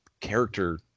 character